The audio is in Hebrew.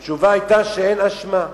התשובה היתה שאין אשמה.